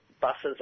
buses